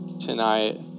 tonight